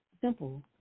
simple